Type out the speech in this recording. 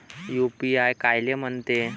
UPI कायले म्हनते?